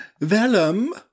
Vellum